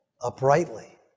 uprightly